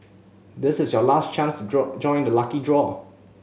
this is your last chance to join join the lucky draw